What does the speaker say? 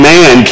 Man